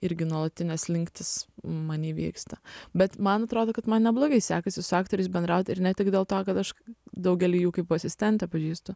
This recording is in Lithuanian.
irgi nuolatinė slinktis many vyksta bet man atrodo kad man neblogai sekasi su aktoriais bendraut ir ne tik dėl to kad aš daugelį jų kaip asistentė pažįstu